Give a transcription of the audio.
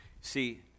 See